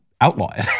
outlaw